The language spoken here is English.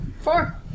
Four